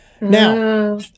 Now